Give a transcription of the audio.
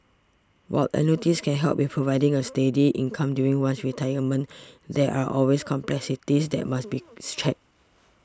while annuities can help with providing a steady income during one's retirement there are all with complexities that must be checked